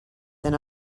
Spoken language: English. than